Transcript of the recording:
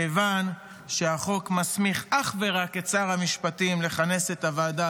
כיוון שהחוק מסמיך אך ורק את שר המשפטים לכנס את הוועדה,